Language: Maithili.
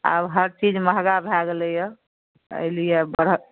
आब हर चीज महगा भए गेलै यऽ एहि लिए बढ़